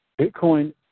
Bitcoin